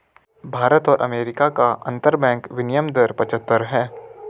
भारत और अमेरिका का अंतरबैंक विनियम दर पचहत्तर है